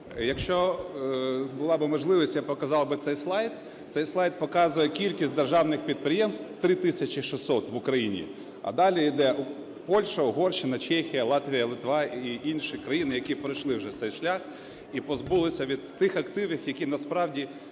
Якщо би була можливість, я показав би цей слайд. Цей слайд показує кількість державних підприємств, 3 тисячі 600, в Україні, а далі йде Польща, Угорщина, Чехія, Латвія, Литва і інші країни, які пройшли вже цей шлях і позбулися від тих активів, які насправді